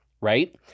right